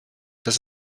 dass